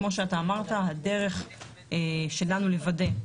כמו שאתה אמרת, הדרך שלנו לוודא,